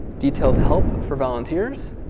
detailed help for volunteers